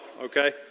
okay